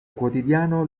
quotidiano